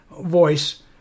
voice